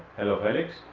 hello felix